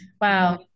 wow